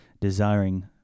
desiring